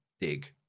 dig